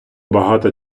багато